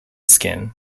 skin